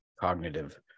cognitive